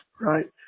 right